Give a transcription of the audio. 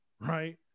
right